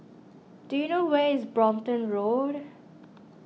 do you know where is Brompton Road